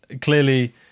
clearly